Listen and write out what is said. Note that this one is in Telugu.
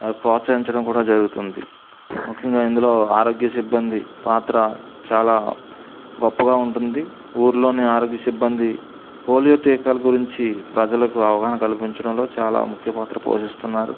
మరి ప్రోత్సహించడం కూడా జరుగుతుంది ముఖ్యంగా ఇందులో ఆరోగ్య సిబ్బంది పాత్ర చాలా గొప్పగా ఉంటుంది ఊర్లోనే ఆరోగ్య సిబ్బంది పోలియో టీకాల గురించి ప్రజలకు అవగాహన కల్పించడంలో చాలా ముఖ్యపాత్ర పోషిస్తున్నారు